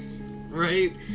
Right